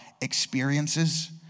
experiences